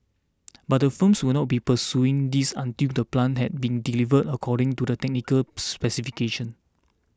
but the firms will not be pursuing this until the plant has been delivered according to the technical specifications